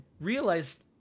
realized